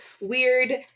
weird